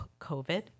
COVID